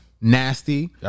nasty